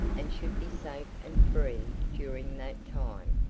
and should be safe and free during that time.